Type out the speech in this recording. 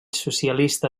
socialista